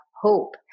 hope